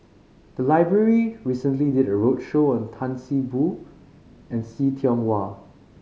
the library recently did a roadshow on Tan See Boo and See Tiong Wah